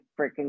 freaking